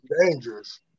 dangerous